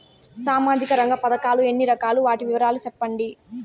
సామాజిక రంగ పథకాలు ఎన్ని రకాలు? వాటి వివరాలు సెప్పండి